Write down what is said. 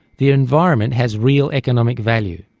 the environment has real economic value.